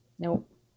Nope